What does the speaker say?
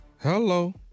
Hello